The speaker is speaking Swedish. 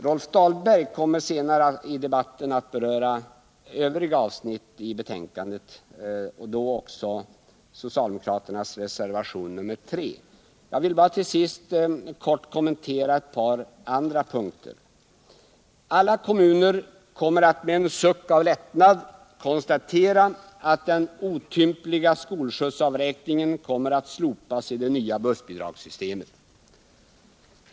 Rolf Dahlberg kommer senare i debatten att beröra övriga avsnitt i betänkandet, bl.a. socialdemokraternas reservation nr 3. Jag vill till sist endast kortfattat kommentera ett par punkter. Alla kommuner kommer att med en suck av lättnad konstatera att den otympliga skolskjutsavräkningen kommer att slopas i det nya bussbidragssystemet.